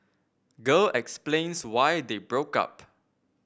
girl explains why they broke up